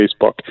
Facebook